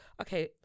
okay